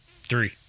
three